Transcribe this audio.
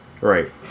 Right